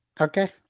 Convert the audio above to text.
Okay